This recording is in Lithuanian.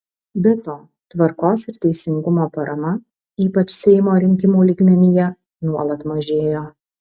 be to tvarkos ir teisingumo parama ypač seimo rinkimų lygmenyje nuolat mažėjo